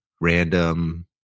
random